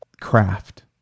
craft